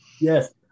yes